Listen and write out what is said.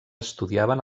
estudiaven